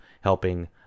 helping